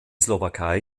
slowakei